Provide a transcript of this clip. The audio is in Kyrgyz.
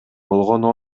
болгону